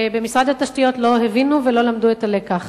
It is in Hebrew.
שבמשרד התשתיות לא הבינו ולא למדו את הלקח.